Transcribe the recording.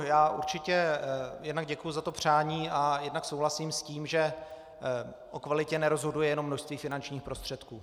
Já jednak děkuji za to přání a jednak souhlasím s tím, že o kvalitě nerozhoduje jenom množství finančních prostředků.